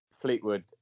Fleetwood